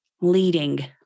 leading